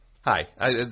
Hi